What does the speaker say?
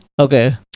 Okay